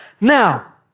Now